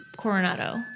Coronado